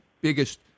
biggest